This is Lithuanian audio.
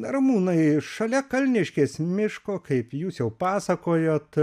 ramūnai šalia kalniškės miško kaip jūs jau pasakojot